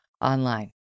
online